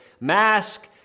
mask